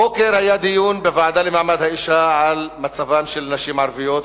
הבוקר היה דיון בוועדה למעמד האשה על מצבן של הנשים הערביות,